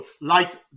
light